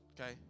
okay